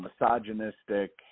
misogynistic